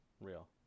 real